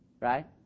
Right